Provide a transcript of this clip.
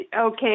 Okay